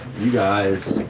you guys